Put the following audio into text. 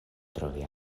trovi